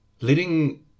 letting